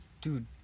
Dude